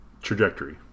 Trajectory